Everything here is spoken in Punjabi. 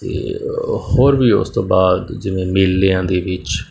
ਅਤੇ ਹੋਰ ਵੀ ਉਸ ਤੋਂ ਬਾਅਦ ਜਿਵੇਂ ਮੇਲਿਆਂ ਦੇ ਵਿੱਚ